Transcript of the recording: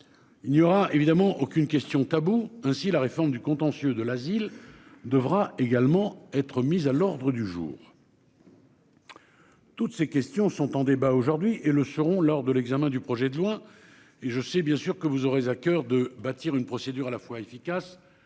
Il n'y aura évidemment aucune question taboue. Ainsi, la réforme du contentieux de l'asile devra également être mis à l'ordre du jour.-- Toutes ces questions sont en débat aujourd'hui et le seront lors de l'examen du projet de loi et je sais bien sûr que vous aurez à coeur de bâtir une procédure à la fois efficace